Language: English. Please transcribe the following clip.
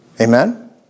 Amen